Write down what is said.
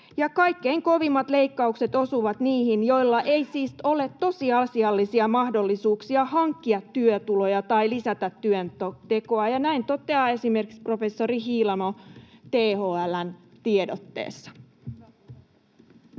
Kaikkein kovimmat leikkaukset osuvat niihin, joilla ei siis ole tosiasiallisia mahdollisuuksia hankkia työtuloja tai lisätä työntekoa, ja näin toteaa esimerkiksi professori Hiilamo THL:n tiedotteessa. [Speech